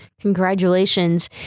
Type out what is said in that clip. Congratulations